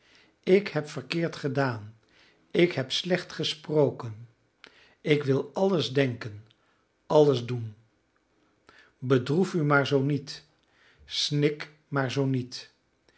ik heb verkeerd gedaan ik heb slecht gesproken ik wil alles denken alles doen bedroef u maar zoo niet snik maar zoo niet